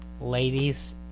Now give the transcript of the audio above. Ladies